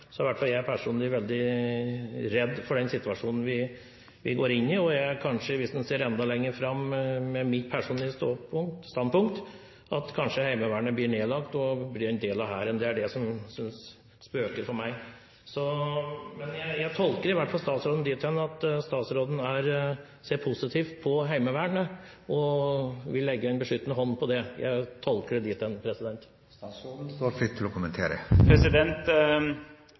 i hvert fall jeg personlig veldig redd for den situasjonen vi går inn i. Hvis vi ser enda lenger fram, og Heimevernet kanskje blir nedlagt og blir en del av Hæren, er det det – med mitt personlige standpunkt – som spøker for meg. Men jeg tolker i hvert fall statsråden dit hen at han ser positivt på Heimevernet og vil legge en beskyttende hånd over det. Jeg tolker det dit hen. Statsråden står fritt til å kommentere.